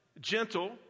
gentle